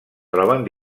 troben